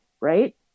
Right